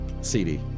CD